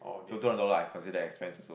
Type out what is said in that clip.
so two hundred dollar I consider expense also